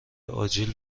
آجیل